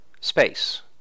Space